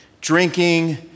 Drinking